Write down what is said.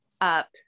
up